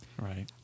Right